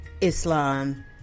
Islam